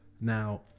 now